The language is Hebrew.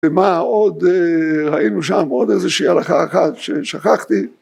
ומה עוד ראינו שם עוד איזושהי הלכה אחת ששכחתי